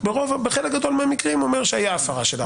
בחלק גדול מהמקרים זה אומר שהייתה הפרה של ההנחיה.